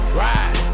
ride